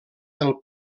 del